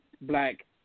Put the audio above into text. black